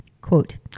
Quote